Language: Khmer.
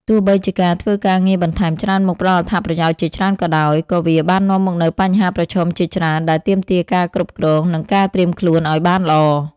ទោះបីជាការធ្វើការងារបន្ថែមច្រើនមុខផ្តល់អត្ថប្រយោជន៍ជាច្រើនក៏ដោយ ក៏វាបាននាំមកនូវបញ្ហាប្រឈមជាច្រើនដែលទាមទារការគ្រប់គ្រង និងការត្រៀមខ្លួនឱ្យបានល្អ។